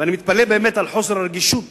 ואני מתפלא באמת על חוסר הרגישות